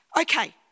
Okay